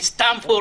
לסטנפורד,